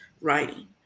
writing